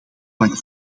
bang